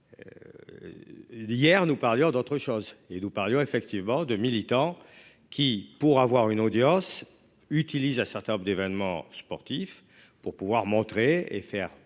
Hier nous parlions d'autre chose et nous parlions effectivement de militants qui, pour avoir une audience utilise un certain nombre d'événements sportifs pour pouvoir montrer et faire